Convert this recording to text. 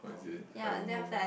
oh is it I don't know where